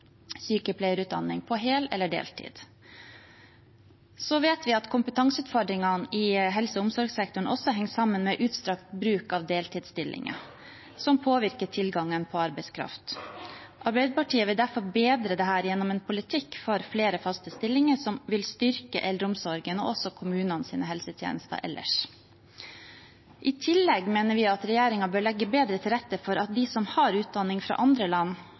sykepleierutdanning på hel- eller deltid. Så vet vi at kompetanseutfordringene i helse- og omsorgssektoren også henger sammen med utstrakt bruk av deltidsstillinger, som påvirker tilgangen på arbeidskraft. Arbeiderpartiet vil derfor bedre dette gjennom en politikk for flere faste stillinger, som vil styrke eldreomsorgen og også kommunenes helsetjenester ellers. I tillegg mener vi at regjeringen bør legge bedre til rette for at de som har utdanning fra andre land,